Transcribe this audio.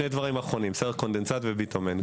אני אדבר בקצרה על הקונדנסט,